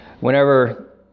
whenever